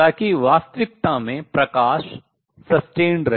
ताकि वास्तविकता में प्रकाश sustained कायम रहे